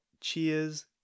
cheers